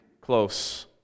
close